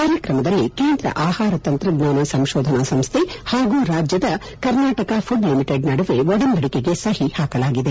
ಕಾರ್ಯಕ್ರಮದಲ್ಲಿ ಕೇಂದ್ರ ಆಹಾರ ತಂತ್ರಜ್ಞಾನ ಸಂಶೋಧನಾ ಸಂಸ್ಥೆ ಹಾಗೂ ರಾಜ್ಯದ ಕರ್ನಾಟಕ ಮಡ್ ಲಿಮಿಟೆಡ್ ನಡುವೆ ಒಡಂಬಡಿಕೆಗೆ ಸಹಿ ಹಾಕಲಾಗಿದೆ